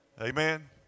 amen